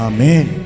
Amen